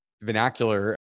vernacular